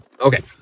Okay